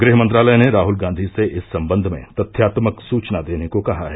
गृह मंत्रालय ने राहल गांधी से इस संबंध में तथ्यात्मक सूचना देने को कहा है